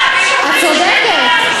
בסדר, את צודקת.